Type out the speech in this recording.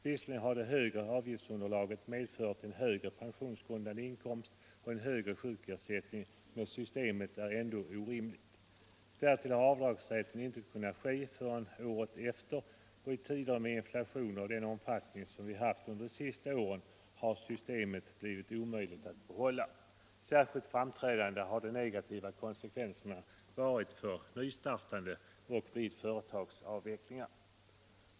Visserligen har det högre avgiftsunderlaget medfört en högre pensionsgrundande inkomst och en högre sjukersättning, men systemet är ändå orimligt. Därtill har avdragsrätten inte kunnat utnyttjas förrän året efter taxeringen, och i tider med inflation av den omfattning som vi haft under de senaste åren har systemet blivit omöjligt att behålla. Särskilt framträdande har de negativa konsekvenserna varit för nystartande och vid företagsavvecklingar.